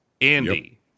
Andy